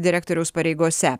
direktoriaus pareigose